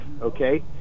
okay